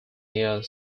near